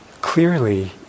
clearly